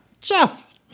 Jeff